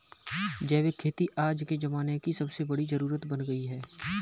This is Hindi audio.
जैविक खेती आज के ज़माने की सबसे बड़ी जरुरत बन गयी है